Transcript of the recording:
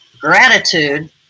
gratitude